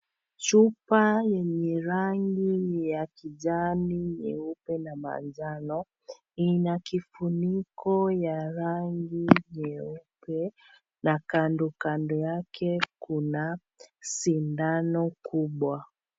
Chupa yenye rangi ya kijani, nyeupe na manjano, ina kifuniko ya rangi nyeupe na kando kando yake kuna sindano kubwa.